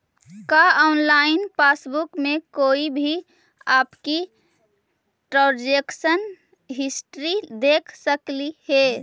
का online passbook में कोई भी आपकी ट्रांजेक्शन हिस्ट्री देख सकली हे